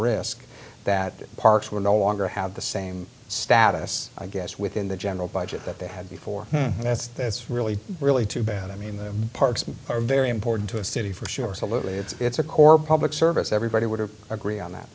risk that parks were no longer have the same status i guess within the general budget that they had before and that's that's really really too bad i mean the parks are very important to a city for sure salut it's a core public service everybody would have agree on that